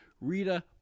Rita